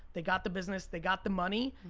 they got the business, they got the money,